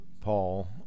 Paul